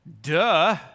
Duh